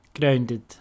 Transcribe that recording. Grounded